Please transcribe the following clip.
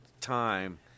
time